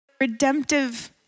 Redemptive